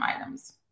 items